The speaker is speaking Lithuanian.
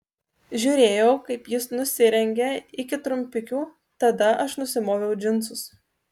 žiūrėjau kaip jis nusirengia iki trumpikių tada aš nusimoviau džinsus